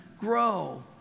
grow